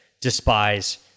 despise